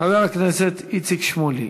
חבר הכנסת איציק שמולי.